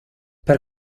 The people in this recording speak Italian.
per